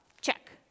Check